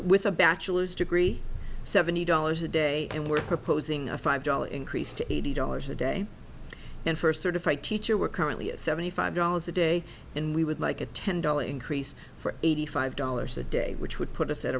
with a bachelor's degree seventy dollars a day and we're proposing a five dollar increase to eighty dollars a day and first certified teacher we're currently at seventy five dollars a day and we would like a ten dollar increase for eighty five dollars a day which would put us at